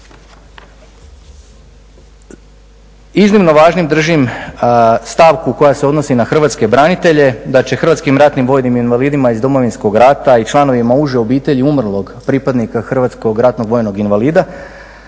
Iznimno važnim držim stavku koja se odnosi na Hrvatske branitelje da će Hrvatskim ratnim vojnim invalidima iz Domovinskog rata i članovima uže obitelji umrlog pripadnika Hrvatskog ratnog vojnog invalida